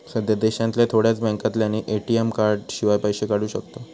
सध्या देशांतल्या थोड्याच बॅन्कांतल्यानी ए.टी.एम कार्डशिवाय पैशे काढू शकताव